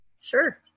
Sure